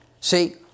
See